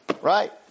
Right